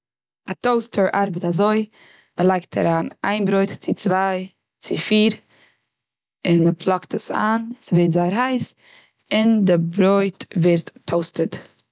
א טאוסטער ארבעט אזוי, מ'לייגט אריין איין ברויט, צו צוויי, צו פיר, און מ'פלאגט עס איין ס'ווערט זייער הייס, און די ברויט ווערט טאוסטאד.